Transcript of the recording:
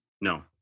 No